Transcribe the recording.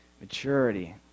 Maturity